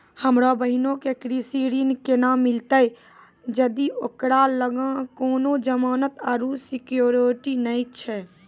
हमरो बहिनो के कृषि ऋण केना मिलतै जदि ओकरा लगां कोनो जमानत आरु सिक्योरिटी नै छै?